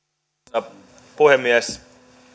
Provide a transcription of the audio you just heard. arvoisa puhemies